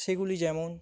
সেগুলি যেমন